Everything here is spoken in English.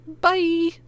Bye